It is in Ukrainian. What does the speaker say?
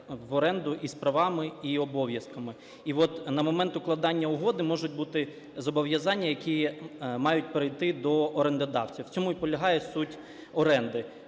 в оренду із правами і обов'язками. І от на момент укладання угоди можуть бути зобов'язання, які мають перейти до орендодавців. В цьому і полягає суть оренди